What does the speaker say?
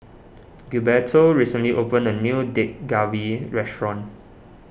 Gilberto recently opened a new Dak Galbi restaurant